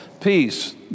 peace